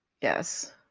Yes